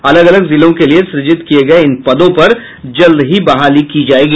अलग अलग जिलों के लिये सुजित किये गये इन पदों पर जल्द ही बहाली की जायेगी